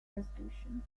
resolution